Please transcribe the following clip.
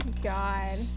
God